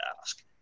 ask